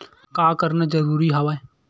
का करना जरूरी हवय?